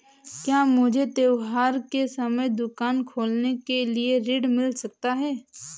क्या मुझे त्योहार के समय दुकान खोलने के लिए ऋण मिल सकता है?